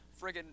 friggin